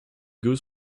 goes